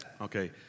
Okay